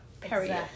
Period